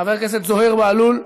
חבר הכנסת זוהיר בהלול,